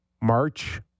March